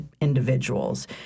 individuals